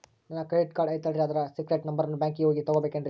ನನ್ನ credit card ಐತಲ್ರೇ ಅದರ ಸೇಕ್ರೇಟ್ ನಂಬರನ್ನು ಬ್ಯಾಂಕಿಗೆ ಹೋಗಿ ತಗೋಬೇಕಿನ್ರಿ?